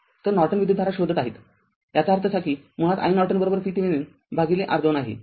तरनॉर्टन विद्युतधारा शोधत आहे याचा अर्थ असा कीमुळात iNorton VThevenin भागिले R२आहे